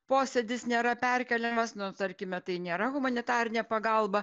posėdis nėra perkeliamas nu tarkime tai nėra humanitarinė pagalba